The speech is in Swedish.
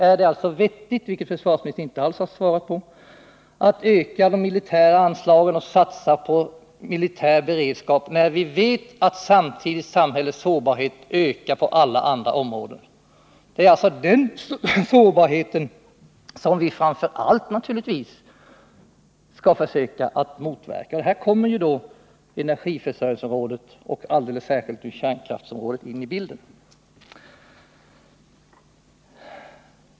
Är det vettigt —den frågan svarade försvarsministern inte alls på — att öka de militära anslagen och satsa på militär beredskap när vi vet att samhällets sårbarhet samtidigt ökar på alla andra områden? Det är alltså den sårbarheten som vi naturligtvis framför allt skall försöka motverka. Här kommer då energiförsörjningsområdet och alldeles särskilt kärnkraftsområdet in i bilden.